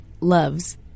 Loves